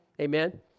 Amen